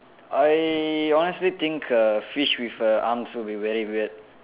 I honestly think err fish with err arms would be very weird